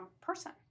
person